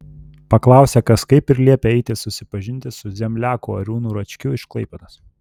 paklausė kas kaip ir liepė eiti susipažinti su zemliaku arūnu račkiu iš klaipėdos